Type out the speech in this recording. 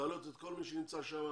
להעלות את כל מי שנמצא שם,